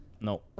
no